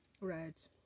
Right